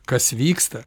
kas vyksta